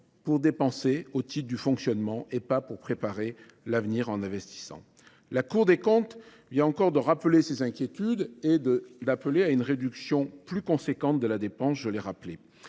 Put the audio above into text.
pour des dépenses de fonctionnement et non pour préparer l’avenir en investissant ! La Cour des comptes vient encore de rappeler ses inquiétudes et d’appeler à une réduction plus importante de la dépense. Nous ne